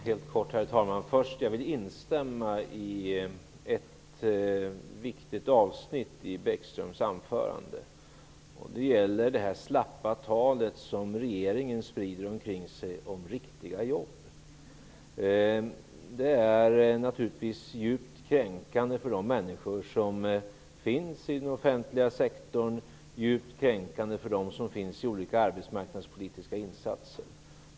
Herr talman! Jag vill instämma i ett viktigt avsnitt i Bäckströms anförande. Det gäller det slappa talet som regeringen sprider omkring sig om ''riktiga'' jobb. Det är naturligtvis djupt kränkande för de människor som finns i den offentliga sektorn och för dem som befinner sig i olika arbetsmarknadspolitiska insatser.